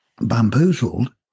bamboozled